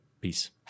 Peace